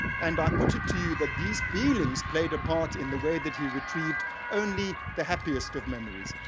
and i put it to you that these feelings played a part in the way that he retrieved only the happiest of memories.